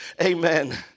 Amen